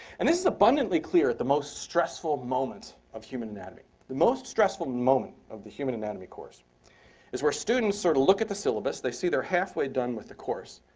and this is abundantly clear at the most stressful moment of human anatomy. the most stressful moment of the human anatomy course is where students sort of look at the syllabus, they see they're halfway done with the course,